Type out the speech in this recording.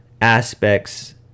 aspects